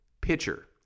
pitcher